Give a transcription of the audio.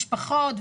משפחות,